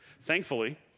Thankfully